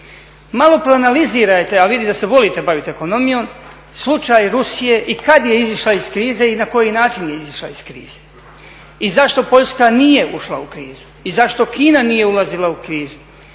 Malo proanalizirajte a vidim da se volite baviti ekonomijom slučaj Rusije i kada je izašla iz krize i na koji način je izišla iz krize i zašto Poljska nije ušla u krizu i zašto Kina nije ulazila u krizu.